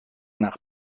nach